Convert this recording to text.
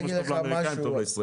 כל מה שטוב לאמריקאים, טוב לישראלים.